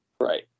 Right